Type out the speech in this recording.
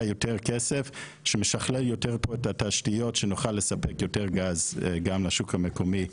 יותר כסף שמשכלל יותר פה את התשתיות שנוכל לספק יותר גז גם לשוק המקומי,